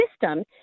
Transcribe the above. system